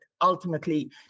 ultimately